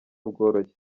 bworoshye